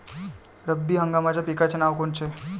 रब्बी हंगामाच्या पिकाचे नावं कोनचे?